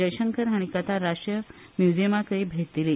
जयशंकर हाणी कतार राष्ट्रीय म्युजियमाकुय भेट दिली